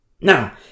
Now